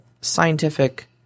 scientific